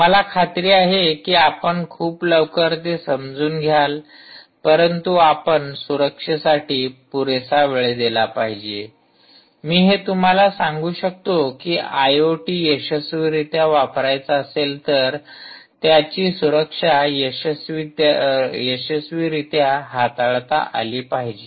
मला खात्री आहे की आपण खूप लवकर ते समजून घ्याल परंतु आपण सुरक्षेसाठी पुरेसा वेळ दिला पाहिजे मी हे तुम्हाला सांगू शकतो कि आयओटी यशस्वीरीत्या वापरायचा असेल तर त्याची सुरक्षा यशस्वीरीत्या हाताळता आली पाहिजे